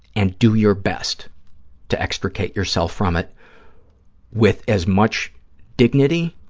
and do your best to extricate yourself from it with as much dignity,